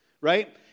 right